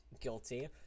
guilty